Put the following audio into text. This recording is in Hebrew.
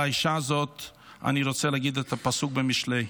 על האישה הזאת אני רוצה להגיד את הפסוק במשלי: